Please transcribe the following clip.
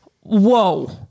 whoa